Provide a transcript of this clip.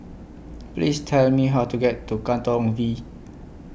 Please Tell Me How to get to Katong V